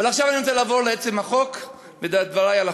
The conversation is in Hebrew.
אבל עכשיו אני רוצה לעבור לעצם החוק ולדבר על החוק.